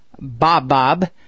Bob-Bob